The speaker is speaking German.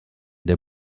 der